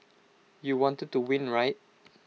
you wanted to win right